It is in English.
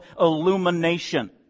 illumination